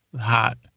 hot